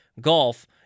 golf